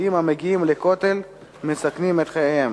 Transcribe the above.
3412 ו-3428 בנושא: יהודים המגיעים לכותל מסכנים את חייהם.